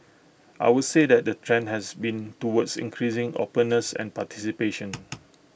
I would say that the trend has been towards increasing openness and participation